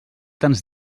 tants